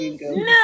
No